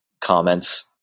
comments